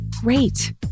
great